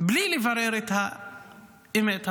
בלי לברר את האמת הזאת.